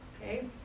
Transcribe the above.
Okay